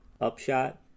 upshot